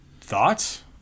thoughts